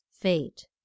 fate